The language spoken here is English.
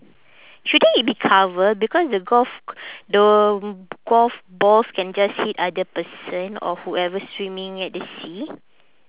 shouldn't it be cover because the golf c~ the golf balls can just hit other person or whoever swimming at the sea